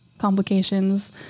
complications